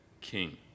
King